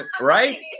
right